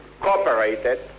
cooperated